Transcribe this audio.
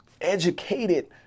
educated